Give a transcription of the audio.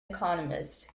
economist